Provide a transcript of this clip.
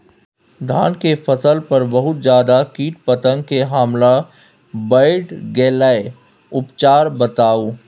धान के फसल पर बहुत ज्यादा कीट पतंग के हमला बईढ़ गेलईय उपचार बताउ?